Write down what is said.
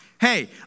hey